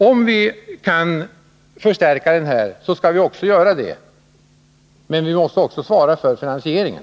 Om vi kan genomföra de här förstärkningarna skall vi också göra det. Men vi måste samtidigt svara för finansieringen.